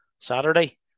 Saturday